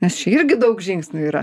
nes čia irgi daug žingsnių yra